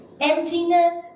emptiness